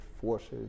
forces